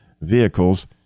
vehicles